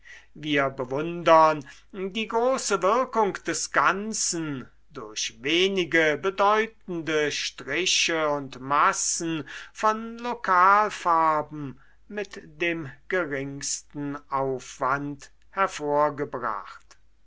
wir bewundern die große wirkung des ganzen durch wenige bedeutende striche und massen von lokalfarben mit dem geringsten aufwand hervorgebracht